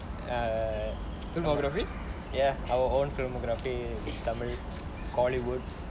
err ya our own filmography tamil hollywood